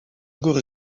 góry